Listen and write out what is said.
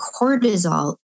cortisol